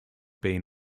been